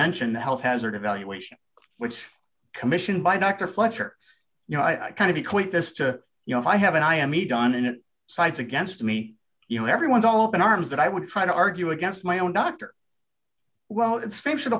mention the health hazard evaluation which commissioned by dr fletcher you know i kind of equate this to you know if i have an i am a done and it sides against me you know everyone's all up in arms that i would try to argue against my own doctor well it same should